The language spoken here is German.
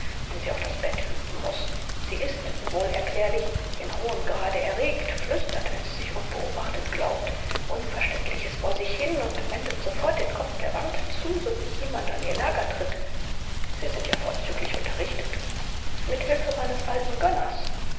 wenn sie auch das bett hüten muß sie ist wie wohl erklärlich in hohem grade erregt flüstert wenn sie sich unbeobachtet glaubt unverständliches vor sich hin und wendet sofort den kopf der wand zu sowie jemand an ihr lager tritt sie sind ja vorzüglich unterrichtet mit hilfe meines alten gönners